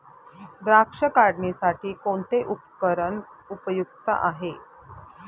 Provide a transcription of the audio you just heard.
द्राक्ष काढणीसाठी कोणते उपकरण उपयुक्त आहे?